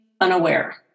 unaware